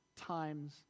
times